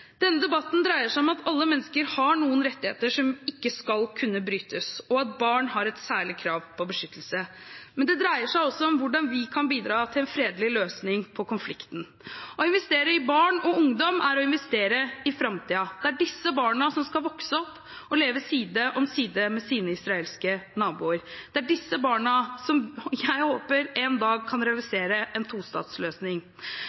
Denne debatten dreier seg om at alle mennesker har noen rettigheter som ikke skal kunne brytes, og at barn har et særlig krav på beskyttelse. Men det dreier seg også om hvordan vi kan bidra til en fredelig løsning på konflikten. Å investere i barn og ungdom er å investere i framtiden. Det er disse barna som skal vokse opp og leve side om side med sine israelske naboer. Det er disse barna som jeg håper en dag kan realisere en tostatsløsning.